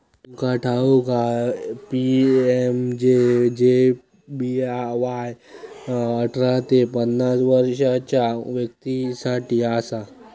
तुमका ठाऊक हा पी.एम.जे.जे.बी.वाय अठरा ते पन्नास वर्षाच्या व्यक्तीं साठी असा